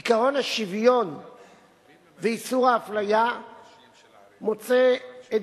עקרון השוויון ואיסור האפליה מוצא את